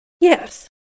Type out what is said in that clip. Yes